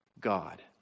God